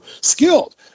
skilled